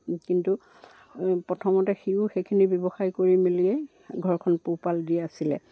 কিন্তু প্ৰথমতে সিও সেইখিনি ব্যৱসায় কৰি মেলিয়ে ঘৰখন পোহপাল দি আছিলে